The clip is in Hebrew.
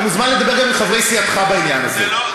אתה מוזמן לדבר גם עם חברי סיעתך בעניין הזה.